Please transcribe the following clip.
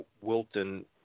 Wilton